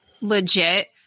legit